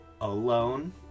alone